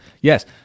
yes